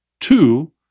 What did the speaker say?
Two